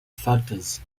factors